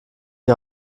die